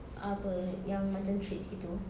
apa yang macam treats gitu